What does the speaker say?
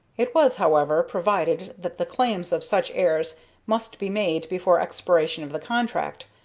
it was, however, provided that the claims of such heirs must be made before expiration of the contract,